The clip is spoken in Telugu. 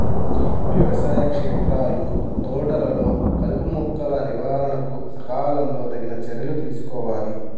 వ్యవసాయ క్షేత్రాలు, తోటలలో కలుపుమొక్కల నివారణకు సకాలంలో తగిన చర్యలు తీసుకోవాలి